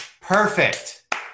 Perfect